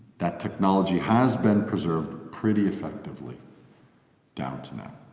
that technology has been preserved pretty effectively down to now.